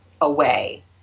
away